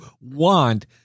want